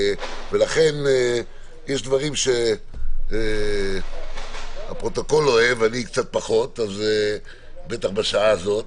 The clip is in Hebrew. ולכן יש דברים שהפרוטוקול אוהב ואני קצת פחות ובטח בשעה הזאת.